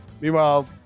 meanwhile